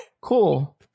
Cool